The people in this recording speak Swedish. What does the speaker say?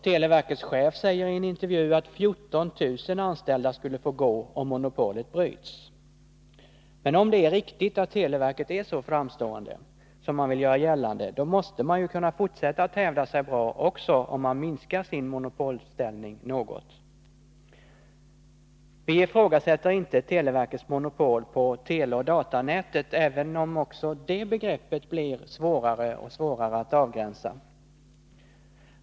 Televerkets chef säger i en intervju att 14 000 anställda skulle få gå om monopolet bryts. Men om det är riktigt att televerket är så framstående som man vill göra gällande, då måste man ju kunna fortsätta att hävda sig bra också om man minskar sin monopolställning något. Vi ifrågasätter inte televerkets monopol på teleoch datanätet, även om också det begreppet blir svårare och svårare att avgränsa.